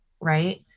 Right